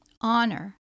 honor